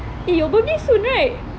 eh your birthday soon right